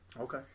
Okay